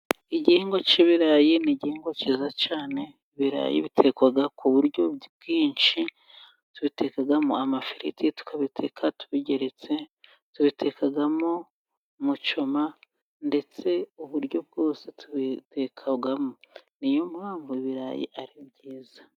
Igihingwa cy'ibirayi ni igihingwa cyiza cyane, ibirayi bitekwa ku buryo bwinshi. Tubitekamo amafiriti, tukabiteka tubigeretse, tubitekamo mucyoma ndetse uburyo bwose tubitekamo ni yo mpamvu ibirayi ari byiza.